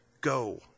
Go